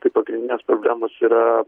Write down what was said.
tai pagrindinės problemos yra